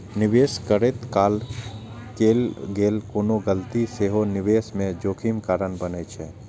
निवेश करैत काल कैल गेल कोनो गलती सेहो निवेश मे जोखिम कारण बनै छै